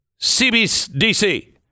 CBDC